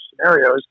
scenarios